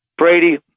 Brady